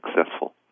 successful